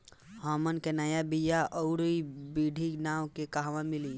हमन के नया बीया आउरडिभी के नाव कहवा मीली?